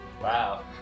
Wow